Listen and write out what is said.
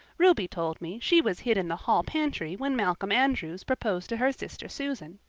ruby told me she was hid in the hall pantry when malcolm andres proposed to her sister susan.